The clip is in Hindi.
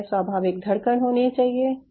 इनमे स्वाभाविक धड़कन होनी चाहिए